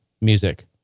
Music